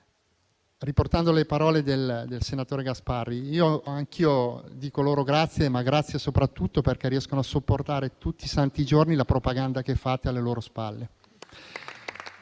riportando le parole del senatore Gasparri. Anch'io dico loro grazie, ma grazie soprattutto perché riescono a sopportare tutti i santi giorni la propaganda che fate alle loro spalle.